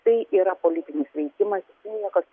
tai yra politinis veikimas niekas